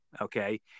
Okay